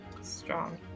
Strong